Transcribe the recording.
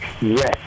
Yes